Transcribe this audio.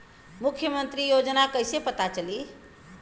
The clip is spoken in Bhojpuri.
मुख्यमंत्री योजना कइसे पता चली?